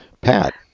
Pat